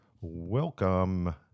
welcome